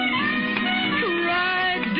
Right